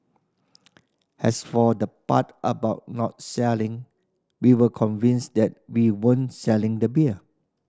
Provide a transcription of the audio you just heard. as for the part about not selling we were convinced that we weren't selling the beer